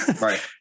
Right